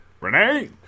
Renee